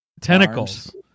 tentacles